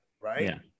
Right